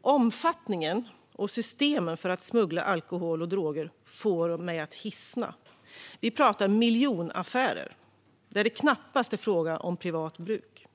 Omfattningen av och systemen för smuggling av alkohol och droger får mig att hisna. Vi pratar om miljonaffärer, där det knappast är fråga om privat bruk.